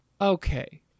Okay